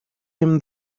him